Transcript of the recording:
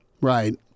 right